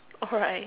alright